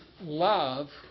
love